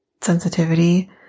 sensitivity